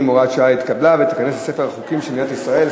(הוראת שעה) (תיקון) התקבלה והחוק ייכנס לספר החוקים של מדינת ישראל.